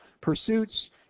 pursuits